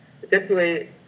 Typically